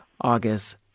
August